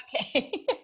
Okay